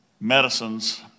medicines